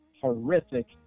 horrific